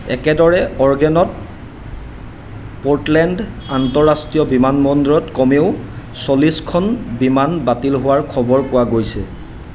একেদৰে অৰগেনত পোৰ্টলেণ্ড আন্তঃৰাষ্ট্ৰীয় বিমানবন্দৰত কমেও চল্লিছখন বিমান বাতিল হোৱাৰ খবৰ পোৱা গৈছিল